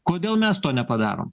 kodėl mes to nepadarom